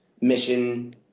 mission